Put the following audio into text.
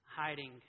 hiding